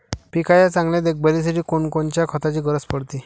पिकाच्या चांगल्या देखभालीसाठी कोनकोनच्या खताची गरज पडते?